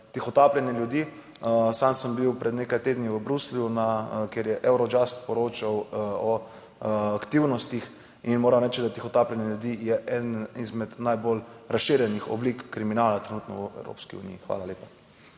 tihotapljenje ljudi, sam sem bil pred nekaj tedni v Bruslju, kjer je Eurojust poročal o aktivnostih, in moram reči, da tihotapljenje ljudi je eden izmed najbolj razširjenih oblik kriminala trenutno v Evropski uniji. Hvala lepa.